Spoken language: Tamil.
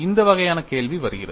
இந்த வகையான கேள்வி வருகிறது